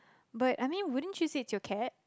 but I mean wouldn't you say it's your cat